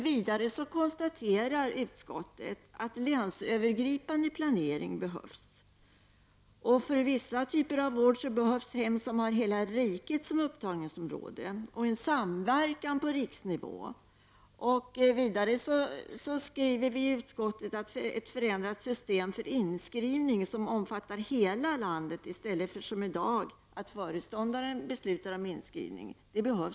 Vidare konstaterar utskottet att länsövergripande planering behövs. För vissa typer av vård behövs hem som har hela riket som upptagningsområde och en samverkan på riksnivå. Vidare sägs att det behövs ett förändrat system för inskrivning som omfattar hela landet, i stället för som i dag, att föreståndaren beslutar om inskrivning.